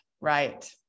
right